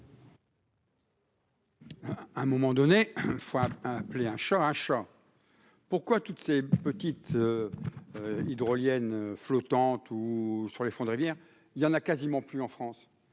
un moment donné, femme appeler un chat un chat, pourquoi toutes ces petites hydroliennes flottantes ou sur les fonds de rivière il y en a quasiment plus en France